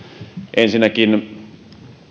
ensinnäkin